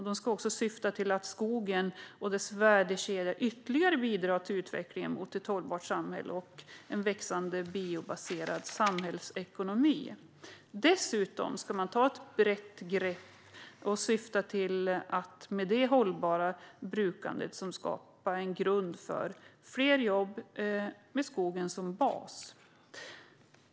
Det ska också syfta till att skogen och dess värdekedja ytterligare bidrar till utvecklingen mot ett hållbart samhälle och en växande biobaserad samhällsekonomi. Dessutom ska man ta ett brett grepp och syfta till att med det hållbara brukandet skapa en grund för fler jobb med skogen som bas.